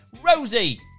rosie